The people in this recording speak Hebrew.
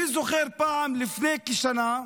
אני זוכר שפעם, לפני כשנה,